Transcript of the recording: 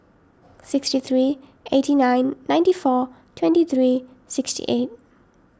sixty three eighty nine ninety four twenty three sixty eight